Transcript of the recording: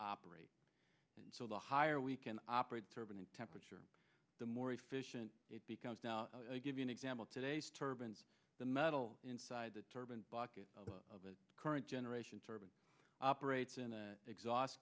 operate and so the higher we can operate driven in temperature the more efficient it becomes now give you an example today's turbans the metal inside the turban bucket of current generation service operates in a exhaust